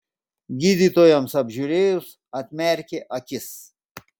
gydytojams apžiūrėjus atmerkė akis